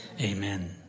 amen